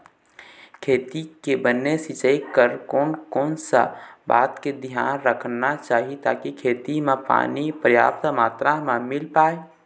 खेती के बने सिचाई बर कोन कौन सा बात के धियान रखना चाही ताकि खेती मा पानी पर्याप्त मात्रा मा मिल पाए?